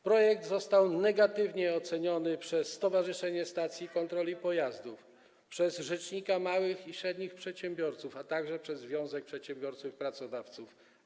Projekt został negatywnie oceniony przez stowarzyszenie stacji kontroli pojazdów, przez rzecznika małych i średnich przedsiębiorców, a także przez Związek Przedsiębiorców i Pracodawców.